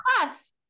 class